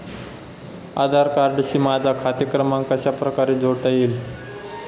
आधार कार्डशी माझा खाते क्रमांक कशाप्रकारे जोडता येईल?